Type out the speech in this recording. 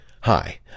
Hi